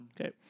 Okay